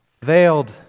veiled